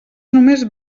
només